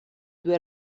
due